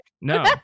No